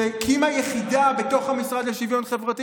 שהקימה יחידה בתוך המשרד לשוויון חברתי